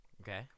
Okay